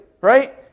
right